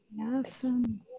Awesome